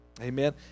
Amen